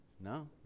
No